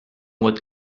what